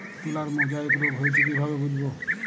তুলার মোজাইক রোগ হয়েছে কিভাবে বুঝবো?